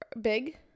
big